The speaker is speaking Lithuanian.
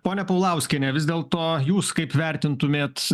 ponia paulauskiene vis dėlto jūs kaip vertintumėt